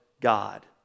God